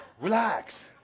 Relax